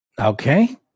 Okay